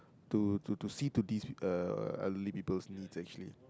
to to see to these uh elderly people's needs actually